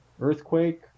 earthquake